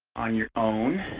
on your own.